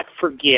forget